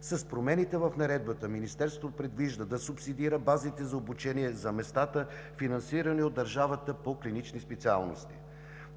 С промените в Наредбата Министерството предвижда да субсидира базите за обучение за местата, финансирани от държавата по клинични специалности.